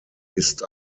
ist